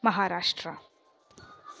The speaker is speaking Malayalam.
മഹാരാഷ്ട്ര